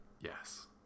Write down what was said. Yes